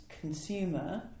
consumer